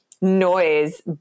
noise